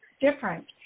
different